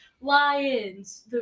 lions